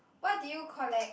what did you collect